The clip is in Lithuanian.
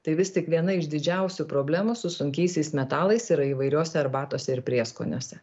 tai vis tik viena iš didžiausių problemų su sunkiaisiais metalais yra įvairiose arbatose ir prieskoniuose